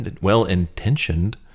well-intentioned